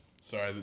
Sorry